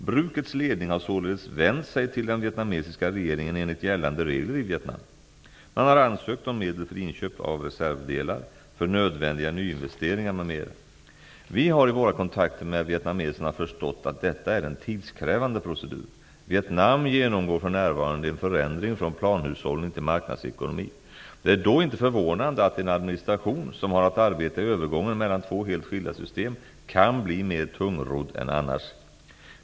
Brukets ledning har således vänt sig till den vietnamesiska regeringen enligt gällande regler i Vietnam. Man har ansökt om medel för inköp av reservdelar, för nödvändiga nyinvesteringar m.m. Vi har i våra kontakter med vietnameserna förstått att detta är en tidskrävande procedur. Vietnam genomgår för närvarande en förändring från planhushållning till marknadsekonomi. Det är då inte förvånande att en administration, som har att arbeta i övergången mellan två helt skilda system, kan bli mer tungrodd än annars.